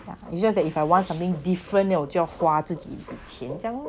yeah 很像 like I want something different 就要花自己的钱这样 lor